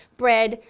bread,